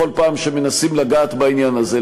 בכל פעם שמנסים לגעת בעניין הזה,